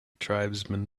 tribesman